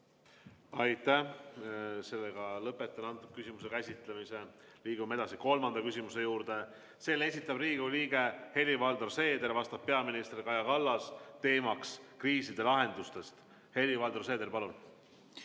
Aitäh! Sellega lõpetan küsimuse käsitlemise. Liigume edasi kolmanda küsimuse juurde. Selle esitab Riigikogu liige Helir-Valdor Seeder, vastab peaminister Kaja Kallas. Teemaks on kriiside lahendused. Helir-Valdor Seeder, palun!